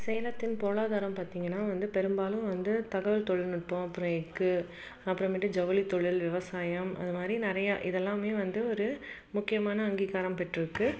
சேலத்தின் பொருளாதாரம் பார்த்திங்கன்னா வந்து பெரும்பாலும் வந்து தகவல் தொழில்நுட்பம் அப்புறம் எஃகு அப்புறமேட்டு ஜவுளி தொழில் விவசாயம் அது மாதிரி நிறையா இதெல்லாமே வந்து ஒரு முக்கியமான அங்கீகாரம் பெற்றிருக்கு